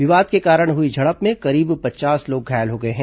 विवाद के कारण हुई झडप में करीब पचास लोग घायल हो गए हैं